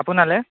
আপোনালৈ